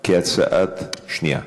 שנייה,